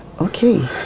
okay